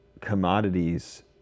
commodities